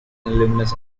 alumnus